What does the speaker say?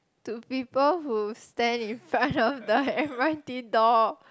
to people who stand in front of the M_R_T door